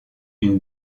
une